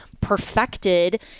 perfected